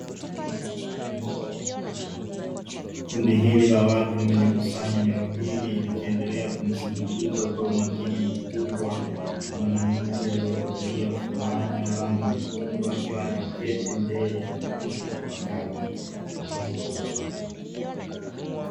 Kundi hili la watu limejikusanya eneo hili likiendelea kumsikiliza kwa umakini mkubwa mwanamke aliyevalia fulana ya rangi nyekundu akiwa ameketi mbele ya kompyuta mpakato.